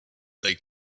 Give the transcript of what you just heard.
they